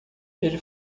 ele